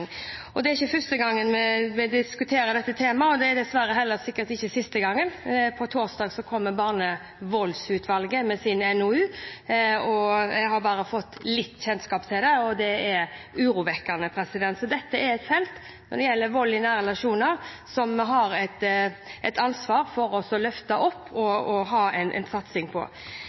utfordring. Det er ikke første gang vi diskuterer dette temaet, og det er nok dessverre heller ikke siste gangen. På torsdag kommer Barnevoldsutvalget med sin NOU. Jeg har bare fått litt kjennskap til det, og det er urovekkende. Når det gjelder vold i nære relasjoner, er dette et felt som vi har et ansvar for å løfte opp og ha en satsing på.